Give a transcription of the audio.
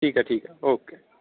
ਠੀਕ ਹੈ ਠੀਕ ਹੈ ਓਕੇ